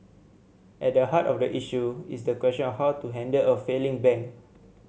at the heart of the issue is the question of how to handle a failing bank